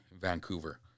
Vancouver